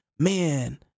Man